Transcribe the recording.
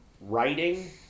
writing